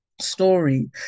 story